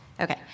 Okay